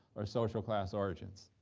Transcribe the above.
or social class origins.